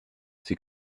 sie